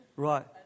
Right